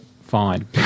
fine